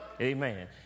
amen